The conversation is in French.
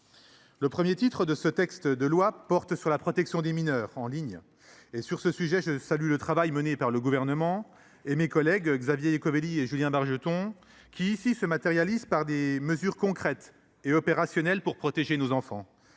Le titre I de ce texte de loi porte sur la protection des mineurs en ligne. Sur ce sujet, je salue le travail mené par le Gouvernement et mes collègues Xavier Iacovelli et Julien Bargeton, qui se matérialise ici par des mesures concrètes et opérationnelles pour protéger nos enfants.